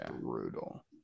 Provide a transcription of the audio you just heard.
brutal